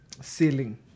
ceiling